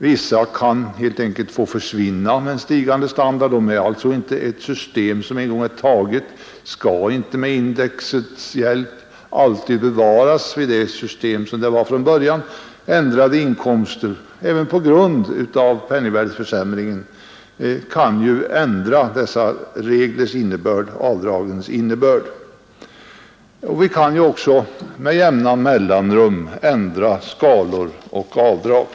Vissa sådana kan helt enkelt få försvinna med stigande standard. Ett system som en gång har införts skall inte permanentas med hjälp av index. Ändrade inkomster även på grund av penningvärdeförsämringen kan ju ändra avdragsreglernas innebörd. Vi kan ju också med jämna mellanrum ändra skalor och avdrag.